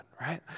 right